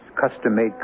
Custom-made